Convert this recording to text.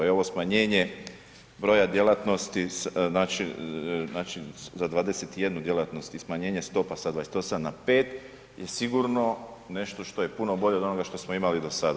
Evo smanjenje broja djelatnosti znači za 21 djelatnosti smanjenje stopa sa 28 na 5 je sigurno nešto što je puno bolje od onoga što smo imali do sada.